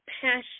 passion